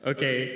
Okay